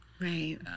Right